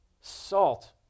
Salt